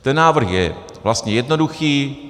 Ten návrh je vlastně jednoduchý.